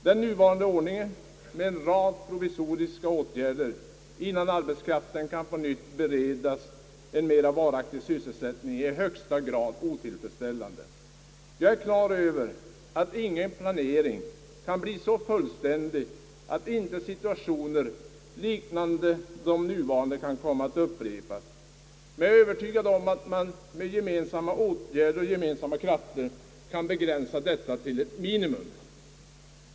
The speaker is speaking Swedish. Den nuvarande ordningen med en rad provisoriska åtgärder innan arbetskraften kan på nytt beredas en mera varaktig sysselsättning är i högsta grad otillfredsställande. Jag är klar över, att ingen planering kan bli så fullständig, att inte situationer liknande de nuvarande kan upprepas, men jag är Övertygad om att man med gemensamma åtgärder kan begränsa dessa till ett minimum.